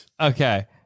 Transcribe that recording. Okay